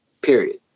Period